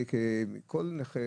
לכל נכה